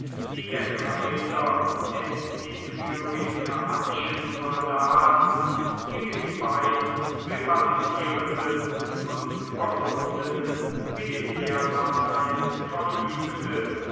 die der kaiser der illyricanischen soldaten gegen die beiden rivalisierenden und überwundenen militärparteien verfügte